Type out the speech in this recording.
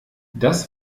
das